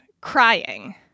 crying